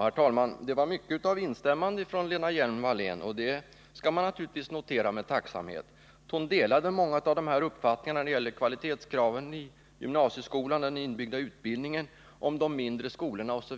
Herr talman! Det var mycket av instämmanden från Lena Hjelm-Wallén. Det skall man naturligtvis notera med tacksamhet. Hon delade många av de uppfattningar jag framförde, t.ex. om kvalitetskraven i gymnasieskolan, om den inbyggda utbildningen, om de mindre skolorna, osv.